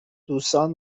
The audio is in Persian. دوستان